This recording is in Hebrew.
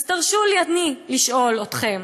אז תרשו לי אני לשאול אתכם: